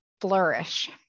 flourish